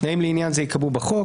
תנאים לעניין זה ייקבעו בחוק,